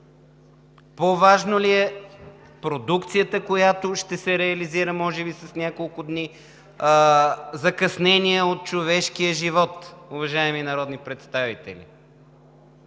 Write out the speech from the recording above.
По-важна ли е продукцията, която ще се реализира, може би с няколко дни закъснение, от човешкия живот, уважаеми народни представители?